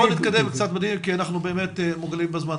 בואו נתקדם קצת בדיון כי אנחנו באמת מוגבלים בזמן.